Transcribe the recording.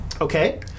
Okay